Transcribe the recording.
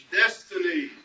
destiny